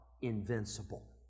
invincible